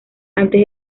antes